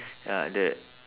ya that